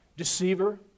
Deceiver